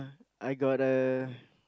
I got a